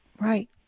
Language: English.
Right